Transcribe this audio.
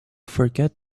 forget